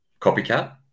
copycat